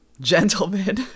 gentleman